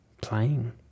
playing